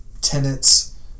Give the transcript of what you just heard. tenets